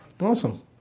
Awesome